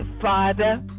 Father